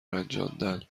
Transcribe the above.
رنجاندن